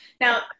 Now